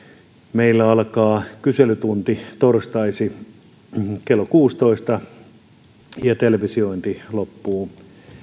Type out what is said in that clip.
meillä alkaa kyselytunti torstaisin kello kuusitoista ja televisiointi loppuu